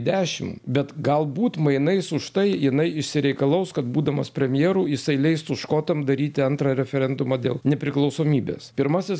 dešim bet galbūt mainais už tai jinai išsireikalaus kad būdamas premjeru jisai leistų škotam daryti antrą referendumą dėl nepriklausomybės pirmasis